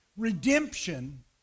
Redemption